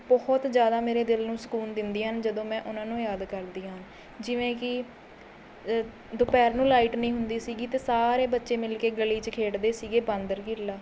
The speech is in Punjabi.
ਬਹੁਤ ਜ਼ਿਆਦਾ ਮੇਰੇ ਦਿਲ ਨੂੰ ਸਕੂਨ ਦਿੰਦੀਆਂ ਹਨ ਜਦੋਂ ਮੈਂ ਉਹਨਾਂ ਨੂੰ ਯਾਦ ਕਰਦੀ ਹਾਂ ਜਿਵੇਂ ਕਿ ਦੁਪਹਿਰ ਨੂੰ ਲਾਈਟ ਨਹੀਂ ਹੁੰਦੀ ਸੀਗੀ ਅਤੇ ਸਾਰੇ ਬੱਚੇ ਮਿਲਕੇ ਗਲੀ 'ਚ ਖੇਡਦੇ ਸੀਗੇ ਬਾਂਦਰ ਕਿੱਲਾ